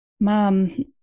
Mom